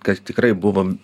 kas tikrai buvom